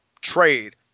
trade